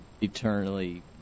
eternally